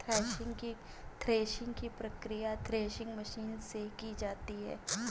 threshing की प्रकिया threshing machine से की जाती है